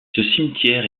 cimetière